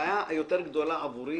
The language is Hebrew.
הבעיה היותר גדולה עבורי